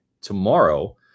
tomorrow